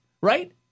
right